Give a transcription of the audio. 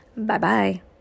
Bye-bye